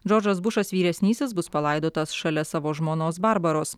džordžas bušas vyresnysis bus palaidotas šalia savo žmonos barbaros